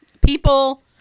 People